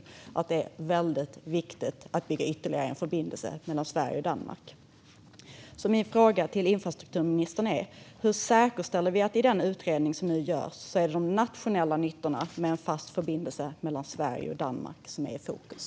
SJ säger att det är väldigt viktigt att bygga ytterligare en förbindelse mellan Sverige och Danmark. Min fråga till infrastrukturministern är: Hur säkerställer man i den utredning som nu görs att det är de nationella nyttorna med en fast förbindelse mellan Sverige och Danmark som är i fokus?